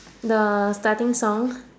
the starting song